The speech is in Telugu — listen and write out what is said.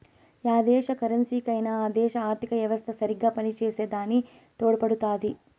యా దేశ కరెన్సీకైనా ఆ దేశ ఆర్థిత యెవస్త సరిగ్గా పనిచేసే దాని తోడుపడుతాది